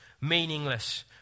meaningless